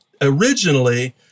originally